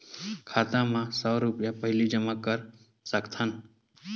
खाता मा सौ रुपिया पहिली जमा कर सकथन?